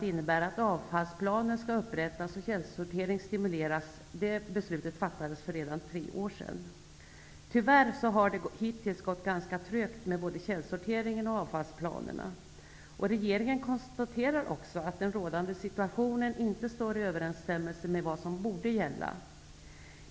innebär att avfallsplaner skall upprättas och källsortering stimuleras, fattades redan för tre år sedan. Tyvärr har det hittills gått ganska trögt med både källsortering och avfallsplaner. Regeringen konstaterar också att den rådande situationen inte står i överensstämmelse med vad som borde gälla.